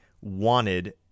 wanted